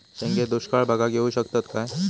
शेंगे दुष्काळ भागाक येऊ शकतत काय?